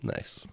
Nice